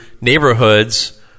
neighborhoods